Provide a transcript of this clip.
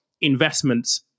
investments